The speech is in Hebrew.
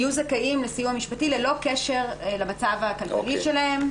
יהיו זכאים לסיוע משפטי ללא קשר למצב הכלכלי שלהם.